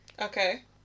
Okay